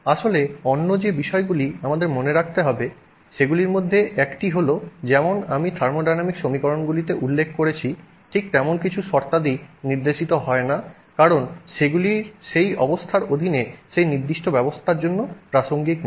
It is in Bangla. আসলে অন্য যে বিষয়গুলি আমাদের মনে রাখতে হবে সেগুলির মধ্যে একটি হল যেমন আমি থার্মোডাইনামিক সমীকরণগুলিতে উল্লেখ করেছি ঠিক তেমন কিছু শর্তাদি নির্দেশিত হয় না কারণ সেগুলি সেই অবস্থার অধীনে সেই নির্দিষ্ট ব্যবস্থার জন্য প্রাসঙ্গিক নয়